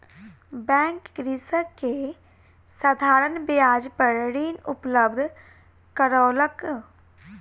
bank कृषक के साधारण ब्याज पर ऋण उपलब्ध करौलक